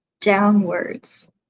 downwards